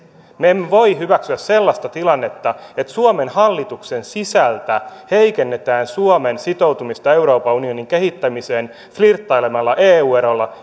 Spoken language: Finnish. me emme voi hyväksyä sellaista tilannetta että suomen hallituksen sisältä heikennetään suomen sitoutumista euroopan unionin kehittämiseen flirttailemalla eu erolla